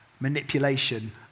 manipulation